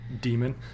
Demon